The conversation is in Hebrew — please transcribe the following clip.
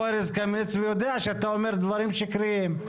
ארז קמיניץ ויודע שאתה אומר דברים שקריים.